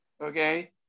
okay